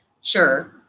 Sure